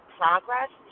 progress